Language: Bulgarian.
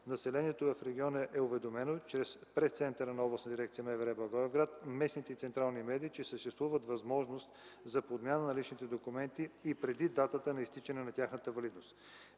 Населението в региона е уведомено чрез Пресцентъра на Областна дирекция МВР – Благоевград, местните и централните медии, че съществува възможност за подмяна на личните документи и преди датата на изтичане на тяхната валидност.